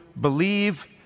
believe